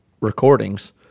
recordings